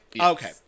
Okay